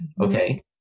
Okay